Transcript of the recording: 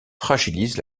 fragilise